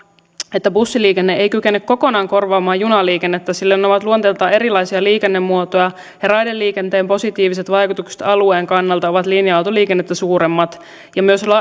että bussiliikenne ei kykene kokonaan korvaamaan junaliikennettä sillä ne ne ovat luonteeltaan erilaisia liikennemuotoja ja raideliikenteen positiiviset vaikutukset alueen kannalta ovat linja autoliikennettä suuremmat ja myös